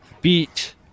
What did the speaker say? beat